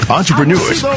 entrepreneurs